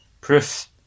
proof